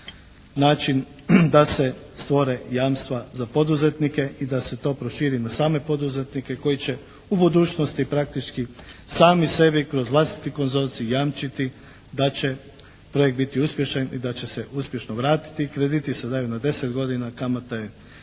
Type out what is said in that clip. način da se stvore jamstva za poduzetnike i da se to proširi na same poduzetnike koji će u budućnosti praktički sami sebi kroz vlastiti konzorcij jamčiti da će projekt biti uspješan i da će se uspješno vratiti. Krediti se daju na 10 godina, kamata je